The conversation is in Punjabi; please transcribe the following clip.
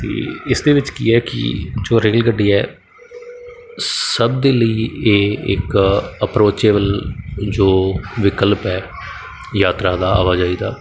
ਅਤੇ ਇਸ ਦੇ ਵਿੱਚ ਕੀ ਹੈ ਕਿ ਜੋ ਰੇਲ ਗੱਡੀ ਹੈ ਸਭ ਦੇ ਲਈ ਇਹ ਇੱਕ ਅਪਰੋਚੇਬਲ ਜੋ ਵਿਕਲਪ ਹੈ ਯਾਤਰਾ ਦਾ ਆਵਾਜਾਈ ਦਾ